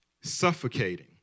suffocating